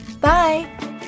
Bye